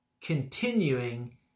continuing